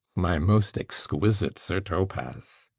my most exquisite sir topas!